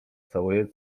całuję